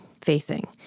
facing